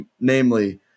namely